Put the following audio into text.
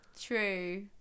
true